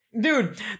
Dude